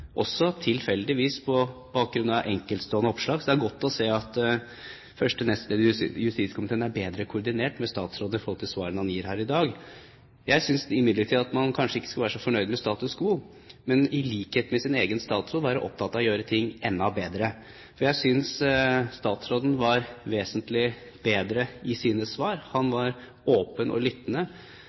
også tilfeldigvis på bakgrunn av enkeltstående oppslag. Det er godt å se at første nestleder i justiskomiteen er bedre koordinert med statsråden i de svarene han gir her i dag. Jeg synes imidlertid at han kanskje ikke skal være så fornøyd med status quo, men i likhet med sin egen statsråd være opptatt av å gjøre ting enda bedre. Jeg synes at statsråden var vesentlig bedre i sine svar. Han var åpen og lyttende.